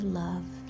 love